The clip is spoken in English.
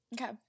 okay